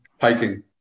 hiking